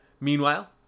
meanwhile